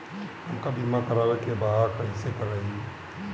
हमका बीमा करावे के बा कईसे करी?